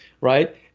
right